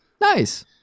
Nice